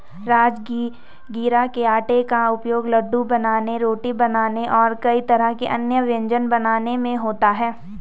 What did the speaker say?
राजगिरा के आटे का उपयोग लड्डू बनाने रोटी बनाने और कई तरह के अन्य व्यंजन बनाने में होता है